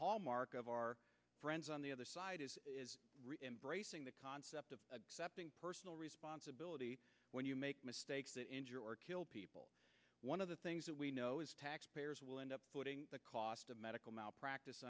hallmark of our friends on the other side is really embracing the concept of accepting personal responsibility when you make mistakes that injure or kill people one of the things that we know is taxpayers will end up footing the cost of medical malpracti